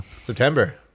September